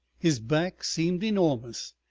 his back seemed enormous.